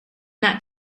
that